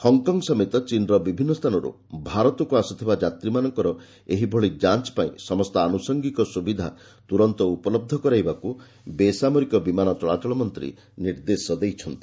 Hong Kong ସମେତ ଚୀନ୍ର ବିଭିନ୍ନ ସ୍ଥାନରୁ ଭାରତକୁ ଆସୁଥିବା ଯାତ୍ରୀମାନଙ୍କର ଏହିଭଳି ଯାଞ୍ ପାଇଁ ସମସ୍ତ ଆନୁଷଙ୍ଗିକ ସୁବିଧା ତୁରନ୍ତ ଉପଲବ୍ଧ କରାଇବାକୁ ବେସାମରିକ ବିମାନ ଚଳାଚଳ ମନ୍ତ୍ରୀ ନିର୍ଦ୍ଦେଶ ଦେଇଛନ୍ତି